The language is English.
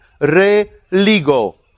Re-ligo